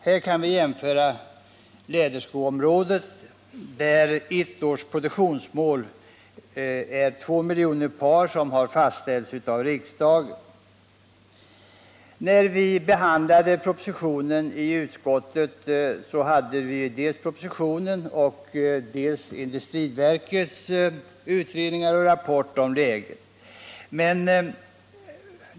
Vi kan jämföra tekoområdet med läderskoområdet, där ett års produktionsmål på 2 miljoner par har fastställts av riksdagen. När vi behandlade propositionen i utskottet hade vi tillgång till industriverkets utredningar och rapport om läget.